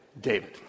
David